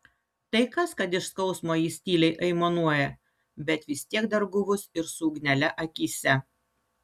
tai kas kad iš skausmo jis tyliai aimanuoja bet vis tiek dar guvus ir su ugnele akyse